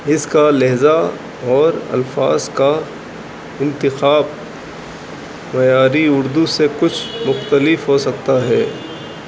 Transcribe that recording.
اس کا لہجہ اور الفاظ کا انتخاب معیاری اردو سے کچھ مختلف ہو سکتا ہے